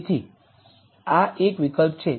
તેથી આ એક વિકલ્પ છે